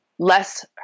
Less